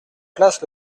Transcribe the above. place